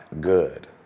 good